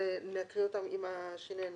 נקריא אותם עם שינויי הנוסח.